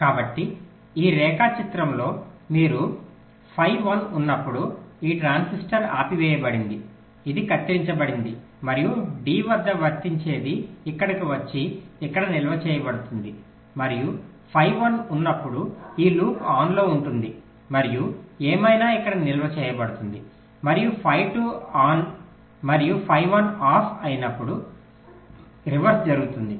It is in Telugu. కాబట్టి ఈ రేఖాచిత్రంలో మీరు ఫై 1 ఉన్నప్పుడు ఈ ట్రాన్సిస్టర్ ఆపివేయబడింది ఇది కత్తిరించబడింది మరియు D వద్ద వర్తించేది ఇక్కడకు వచ్చి ఇక్కడ నిల్వ చేయబడుతుంది మరియు ఫై 1 ఉన్నప్పుడు ఈ లూప్ ఆన్లో ఉంటుంది మరియు ఏమైనా ఇక్కడ నిల్వ చేయబడుతుంది మరియు ఫై 2 ఆన్ మరియు ఫై 1 ఆఫ్ అయినప్పుడు రివర్స్ జరుగుతుంది